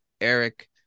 Eric